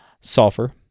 sulfur